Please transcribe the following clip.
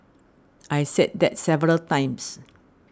I said that several times